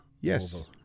Yes